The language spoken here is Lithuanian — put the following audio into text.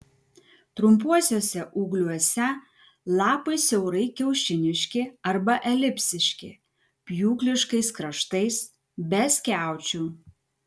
trumpuosiuose ūgliuose lapai siaurai kiaušiniški arba elipsiški pjūkliškais kraštais be skiaučių